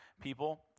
people